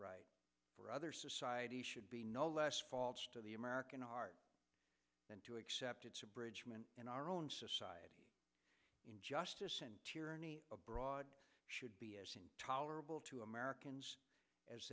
right or other society should be no less faults to the american art than to accept its abridgement in our own society injustice and tyranny abroad should be as intolerable to americans as